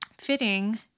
fitting